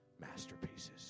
masterpieces